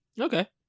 Okay